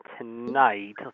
tonight